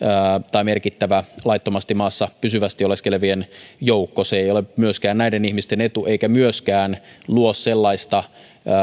tai merkittävä laittomasti maassa pysyvästi oleskelevien joukko se ei ole myöskään näiden ihmisten etu eikä myöskään luo sellaista